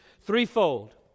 threefold